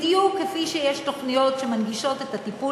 בדיוק כפי שיש תוכניות שמנגישות את הטיפול